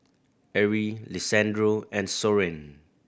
Arie Lisandro and Soren